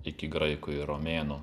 iki graikų ir romėnų